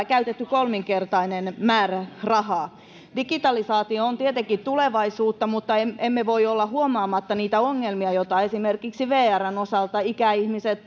käytetty kolminkertainen määrä rahaa digitalisaatio on tietenkin tulevaisuutta mutta emme voi olla huomaamatta niitä ongelmia joita esimerkiksi vrn osalta ikäihmiset